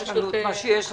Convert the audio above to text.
יש לנו את מה שיש לנו.